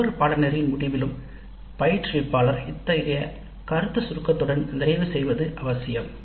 ஒவ்வொரு பாடநெறியின் முடிவிலும் பயிற்றுவிப்பாளர் இத்தகைய கருத்து சுருக்கத்துடன் நிறைவு செய்வது அவசியம்